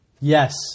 Yes